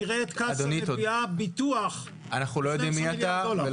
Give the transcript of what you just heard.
נראה את קצא"א מביאה ביטוח ---- אנחנו לא יודעים מי אתה,